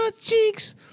cheeks